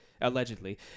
allegedly